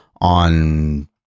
on